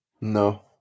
No